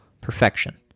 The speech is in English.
perfection